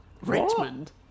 Richmond